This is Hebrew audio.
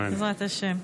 בעזרת השם.